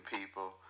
people